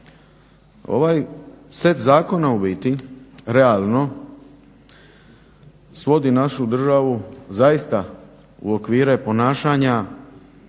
Ovaj set zakona u biti realno svodi našu državu zaista u okvire ponašanja